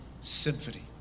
symphony